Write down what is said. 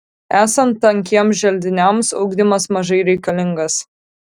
esant tankiems želdiniams ugdymas mažai reikalingas